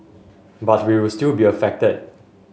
but we will still be affected